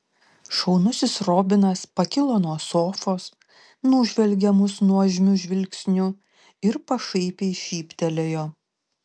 šaunusis robinas pakilo nuo sofos nužvelgė mus nuožmiu žvilgsniu ir pašaipiai šyptelėjo